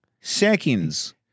seconds